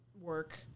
work